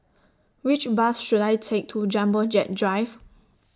Which Bus should I Take to Jumbo Jet Drive